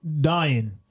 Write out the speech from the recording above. dying